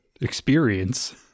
experience